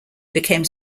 became